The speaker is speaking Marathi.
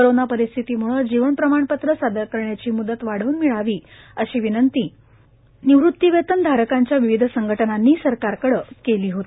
करोना परिस्थितीमुळे जीवन प्रमाणपत्र सादर करण्याची मुदत वाढवून मिळावी अशी विनंती निवृत्तीवेतन धारकांच्या विविध संघटनांनी सरकारकडे केली होती